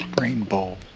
Rainbow